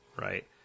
right